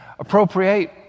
appropriate